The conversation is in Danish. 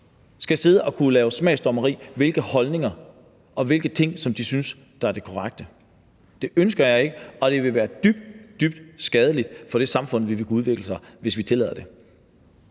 skal sidde og kunne lave smagsdommeri over, hvilke holdninger og hvilke ting de synes er det korrekte. Det ønsker jeg ikke, og det vil være dybt, dybt skadeligt for, hvordan det samfund vil kunne udvikle sig, hvis vi tillader det.